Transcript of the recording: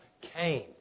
came